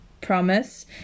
promise